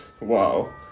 Wow